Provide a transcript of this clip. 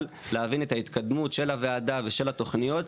להבין את ההתקדמות של הוועדה ושל התוכניות,